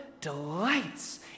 delights